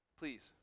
please